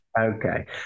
Okay